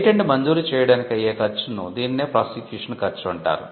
patent మంజూరు చేయడానికి అయ్యే ఖర్చును దీనినే ప్రాసిక్యూషన్ ఖర్చు అంటారు